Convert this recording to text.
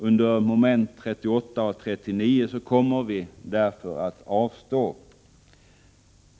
Under mom. 38 och 39 kommer vi därför att avstå från att rösta.